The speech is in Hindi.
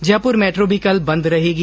जयपुर मेट्रो भी कल बंद रहेगी